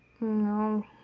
no